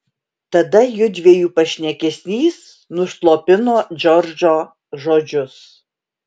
tada jųdviejų pašnekesys nuslopino džordžo žodžius